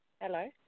hello